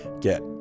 Get